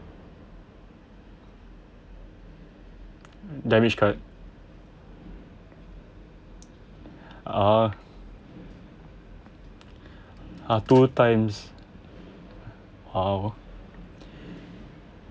debit card ah ah two times oh